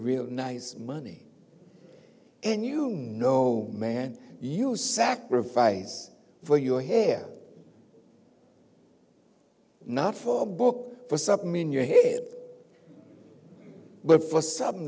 real nice money and you know man you sacrifice for your hair not for a book for submarine your head but for something